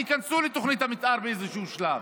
והם ייכנסו לתוכנית המתאר באיזשהו שלב.